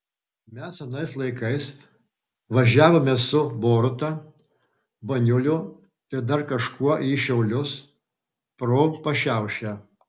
mes anais laikais važiavome su boruta baniuliu ir dar kažkuo į šiaulius pro pašiaušę